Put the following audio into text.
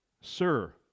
sir